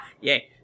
Yay